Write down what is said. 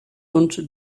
und